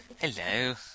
Hello